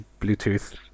bluetooth